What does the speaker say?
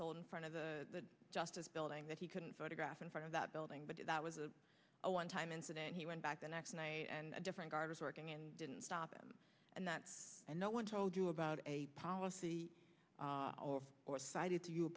sold in front of the justice building that he couldn't photograph in front of that building but that was a one time incident he went back the next night and a different guard was working and didn't stop him and that no one told you about a policy or or cited to you a